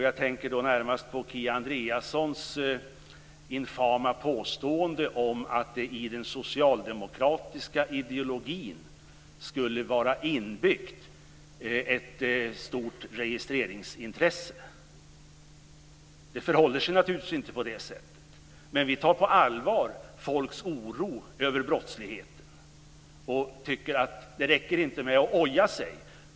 Jag tänker närmast på Kia Andreassons infama påstående om att det i den socialdemokratiska ideologin skulle vara inbyggt ett stort registreringsintresse. Det förhåller sig naturligtvis inte på det sättet. Men vi socialdemokrater tar folks oro över brottsligheten på allvar. Vi tycker inte att det räcker med att oja sig.